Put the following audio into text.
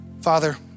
Father